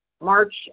March